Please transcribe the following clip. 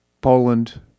Poland